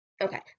Okay